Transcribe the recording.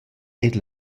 eir